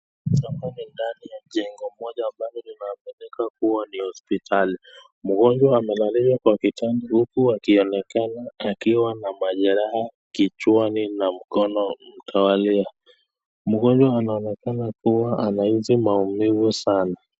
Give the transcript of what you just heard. Mzee mmoja ndani ya jengo moja ambalo limeaminika kuwa ni hosiptali, mgonjwa amelalishwa kwa kitanda huku akionekana akiwa na majeraha kichwani na mkono mtawalia, mgonjwa anaonekana kuwa anahisi maumivu sana.